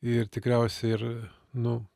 ir tikriausiai ir nu